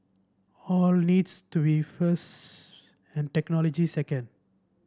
all needs to be first and technology second